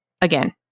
again